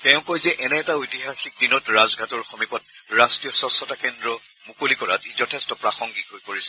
তেওঁ কয় যে এনে এটা ঐতিহাসিক দিনত ৰাজঘাটৰ সমীপত ৰাষ্ট্ৰীয় স্বচ্ছতা কেন্দ্ৰ মুকলি কৰাত ই যথেষ্ট প্ৰাসংগিক হৈ পৰিছে